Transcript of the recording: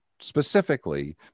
specifically